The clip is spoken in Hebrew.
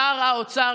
שר האוצר,